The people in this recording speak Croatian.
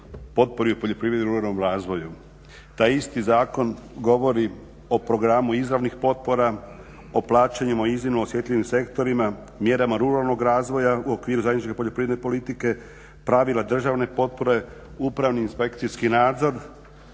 potpori poljoprivredi i ruralnom razvoju. Taj isti zakon govori o programu izravnih potpora, o plaćanjima u iznimno osjetljivim sektorima, mjerama ruralnog razvoja u okviru zajedničke poljoprivredne politike, pravila državne potpore, upravni i inspekcijski nadzor